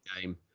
game